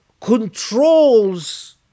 controls